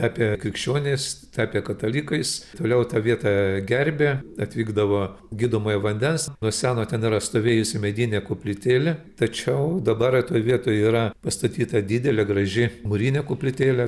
apie krikščionys tapę katalikais toliau tą vietą gerbė atvykdavo gydomojo vandens nuo seno ten yra stovėjusi medinė koplytėlė tačiau dabar toj vietoj yra pastatyta didelė graži mūrinė koplytėlė